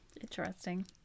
Interesting